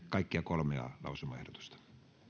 kaikkia kolmea lausumaehdotusta